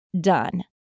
done